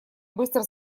быстро